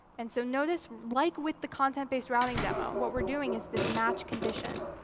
and so notice like with the content-based routing demo, what we're doing is this match condition.